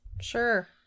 Sure